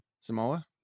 Samoa